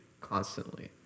constantly